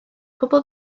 bobl